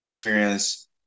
experience